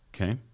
Okay